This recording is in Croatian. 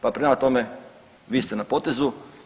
Pa prema tome, vi ste na potezu.